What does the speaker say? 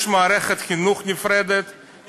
יש מערכת חינוך נפרדת,